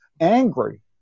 angry